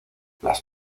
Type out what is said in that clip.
las